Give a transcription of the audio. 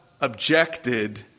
objected